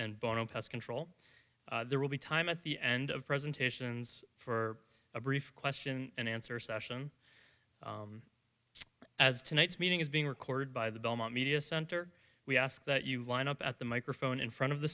and bono pest control there will be time at the end of presentations for a brief question and answer session as tonight's meeting is being recorded by the belmont media center we ask that you line up at the microphone in front of the